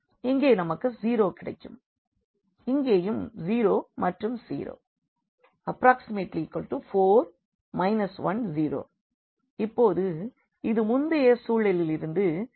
இங்கே நமக்கு 0 கிடைக்கும் இங்கேயும் 0 மற்றும் 0 4 1 0 இப்பொழுது இது முந்தைய சூழலிலிருந்து வித்தியாசமானது